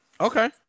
okay